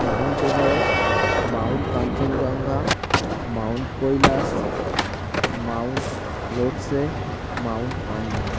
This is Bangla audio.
Mount Everest Mount Kanchenjunga Mount Kailash Mount Lhotse Mount Pandim